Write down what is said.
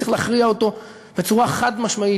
צריך להכריע אותו בצורה חד-משמעית,